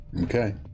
Okay